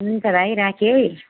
हुन्छ भाइ राखेँ है